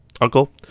Uncle